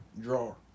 drawer